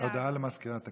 הודעה למזכירת הכנסת.